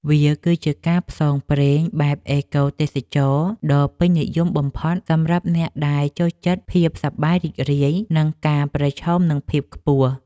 វាគឺជាការផ្សងព្រេងបែបអេកូទេសចរណ៍ដ៏ពេញនិយមបំផុតសម្រាប់អ្នកដែលចូលចិត្តភាពសប្បាយរីករាយ និងការប្រឈមនឹងភាពខ្ពស់។